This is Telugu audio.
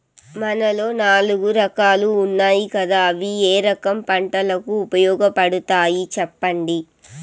మన్నులో నాలుగు రకాలు ఉన్నాయి కదా అవి ఏ రకం పంటలకు ఉపయోగపడతాయి చెప్పండి?